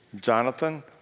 Jonathan